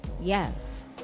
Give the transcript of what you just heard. Yes